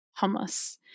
hummus